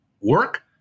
work